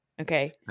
okay